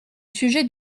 sujet